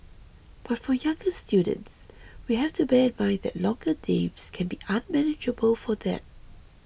but for younger students we have to bear in mind that longer names can be unmanageable for them